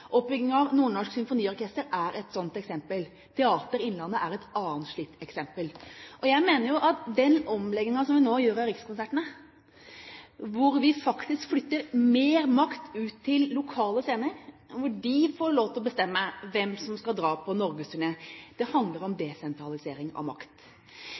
Oppbygging av Nordnorsk Symfoniorkester er et slikt eksempel, Teater Innlandet er et annet slikt eksempel. Jeg mener jo at den omleggingen som vi nå gjør av Rikskonsertene, hvor vi faktisk flytter mer makt ut til lokale scener, hvor de får lov til å bestemme hvem som skal dra på norgesturné, handler om desentralisering av makt.